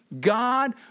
God